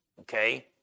Okay